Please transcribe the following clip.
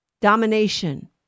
domination